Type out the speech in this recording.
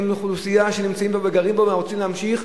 זו אוכלוסייה שנמצאת פה וגרה פה ורוצה להמשיך,